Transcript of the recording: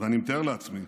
ואני מתאר לעצמי